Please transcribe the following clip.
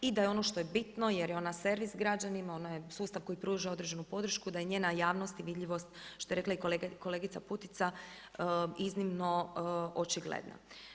I da je ono što je bitno, jer je ona servis građanima, ona je sustav koji pruža određenu podršku, da je njena javnost i vidljivost što je rekla i kolegica Putica iznimno očigledna.